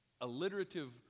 alliterative